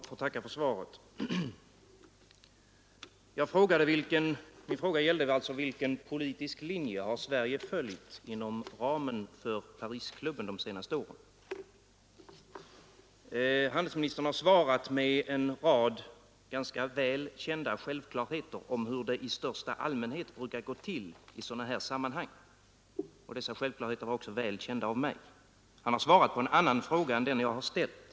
Herr talman! Jag får tacka för svaret. Min fråga gällde: Vilken politisk linje har Sverige följt gentemot Chile inom ramen för den s.k. Parisklubben de senaste åren? Handelsministern har svarat med en rad ganska väl kända självklarheter om hur det i största allmänhet brukar gå till i sådana här sammanhang, och dessa självklarheter var också väl kända av mig. Han har alltså svarat på en annan fråga än den jag ställt.